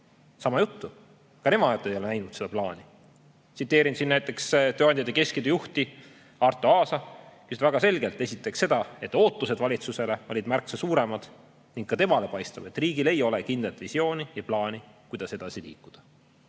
sama juttu, ka nemad ei ole näinud seda plaani. Tsiteerin siin näiteks tööandjate keskliidu juhti Arto Aasa, kes ütles väga selgelt esiteks seda, et ootused valitsusele olid märksa suuremad. Ka temale paistab, et riigil ei ole kindlat visiooni ja plaani, kuidas edasi liikuda.